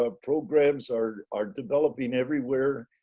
ah programs are are developing everywhere.